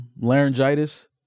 laryngitis